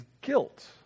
guilt